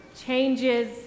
changes